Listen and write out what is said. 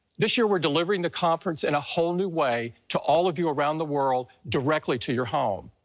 this year we're delivering the conference in a whole new way to all of you around the world, directly to your home.